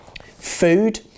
Food